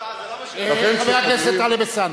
חבר הכנסת טלב אלסאנע.